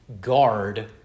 guard